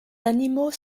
animaux